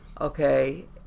Okay